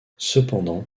cependant